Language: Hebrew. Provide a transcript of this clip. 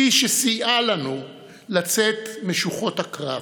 היא שסייעה לנו לצאת משוחות הקרב.